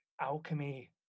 alchemy